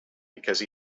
because